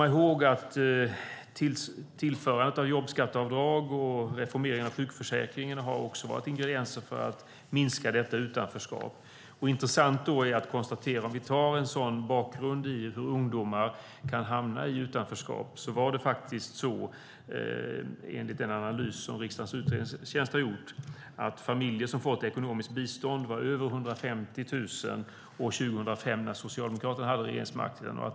Införandet av jobbskatteavdrag och reformering av sjukförsäkringen är också ingredienser för att minska utanförskapet. Om vi ser på hur ungdomar kan hamna i utanförskap visar en analys som riksdagens utredningstjänst har gjort att familjer som fått ekonomiskt bistånd var över 150 000 år 2005 när Socialdemokraterna hade regeringsmakten.